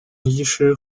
医师